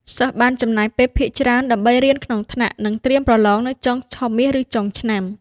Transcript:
សិស្សបានចំណាយពេលភាគច្រើនដើម្បីរៀនក្នុងថ្នាក់ និងត្រៀមប្រឡងនៅចុងឆមាសឬចុងឆ្នាំ។